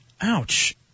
ouch